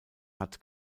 hat